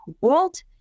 world